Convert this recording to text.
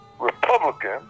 Republican